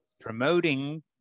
promoting